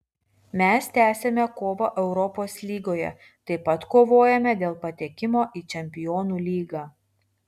mes tęsiame kovą europos lygoje taip pat kovojame dėl patekimo į čempionų lygą